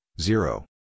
zero